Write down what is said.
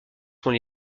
sont